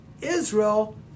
Israel